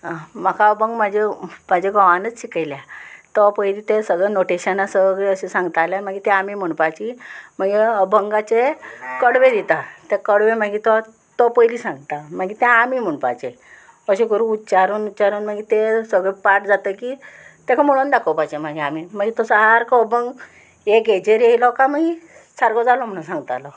हा म्हाका अभंग म्हाजे म्हाज्या घोवानूच शिकयल्या तो पयली तें सगळे नोटेशनां सगळें अशें सांगताले मागीर तें आमी म्हणपाची मागीर अभंगाचे कडवे दिता तें कडवे मागीर तो पयली सांगता मागीर तें आमी म्हणपाचे अशें करून उच्चारून उच्चारून मागीर तें सगळे पाट जातकीर ताका म्हणोन दाखोवपाचे मागीर आमी मागीर तो सारको अभंग एक हेजेर येयलो काय मागीर सारको जालो म्हणून सांगतालो